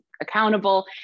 accountable